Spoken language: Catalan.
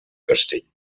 castell